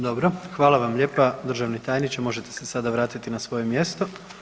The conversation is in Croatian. Dobro, hvala vam lijepa državni tajniče, možete se sada vratiti na svoje mjesto.